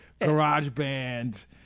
GarageBand